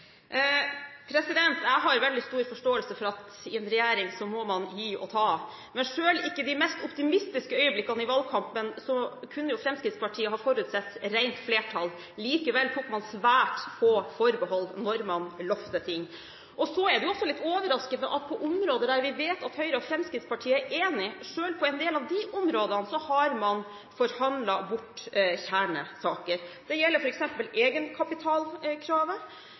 Jeg har veldig stor forståelse for at man i en regjering må gi og ta, men selv ikke i de mest optimistiske øyeblikkene i valgkampen kunne jo Fremskrittspartiet ha forutsatt et rent flertall. Likevel tok man svært få forhold når man lovet ting. Så er det også litt overraskende at selv på en del områder der vi vet at Høyre og Fremskrittspartiet er enige, så har man forhandlet bort kjernesaker. Det gjelder f.eks. egenkapitalkravet,